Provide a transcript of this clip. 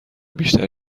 بیشتر